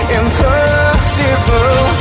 impossible